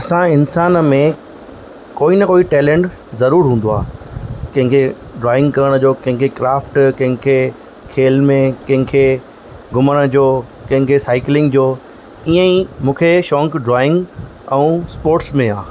असां इंसान में कोई न कोई टैलेंट ज़रूर हूंदो आहे कंहिं खे ड्राइंग करण जो कंहिं खे क्राफ्ट कंहिं खे खेल में कंहिं खे घुमण जो कंहिं खे साईकिलिंग जो इएं ई मूंखे शौंकु ड्राईंग ऐं स्पोर्ट्स में आहे